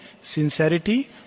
Sincerity